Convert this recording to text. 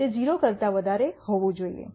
તે 0 કરતા વધારે હોવું જોઈએ